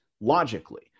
logically